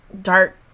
dark